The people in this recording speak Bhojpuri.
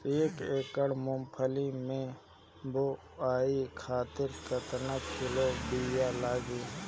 एक एकड़ मूंगफली क बोआई खातिर केतना किलोग्राम बीया लागी?